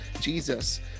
Jesus